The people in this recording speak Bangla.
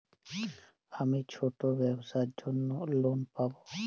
আমি ছোট ব্যবসার জন্য লোন পাব?